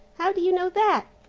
how do you know that?